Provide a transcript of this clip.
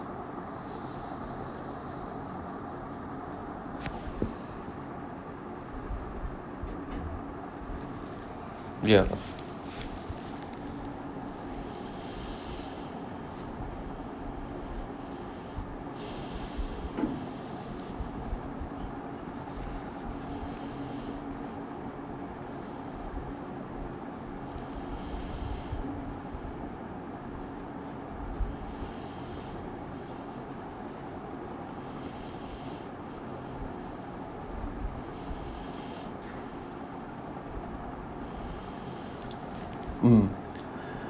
ya mm